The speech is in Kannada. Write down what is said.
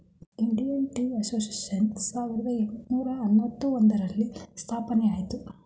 ಇಂಡಿಯನ್ ಟೀ ಅಸೋಶಿಯೇಶನ್ ಸಾವಿರದ ಏಟುನೂರ ಅನ್ನೂತ್ತ ಒಂದರಲ್ಲಿ ಸ್ಥಾಪನೆಯಾಯಿತು